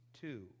two